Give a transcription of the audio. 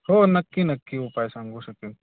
हो नक्की नक्की उपाय सांगू शकेन